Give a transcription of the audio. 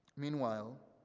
meanwhile,